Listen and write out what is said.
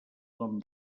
nom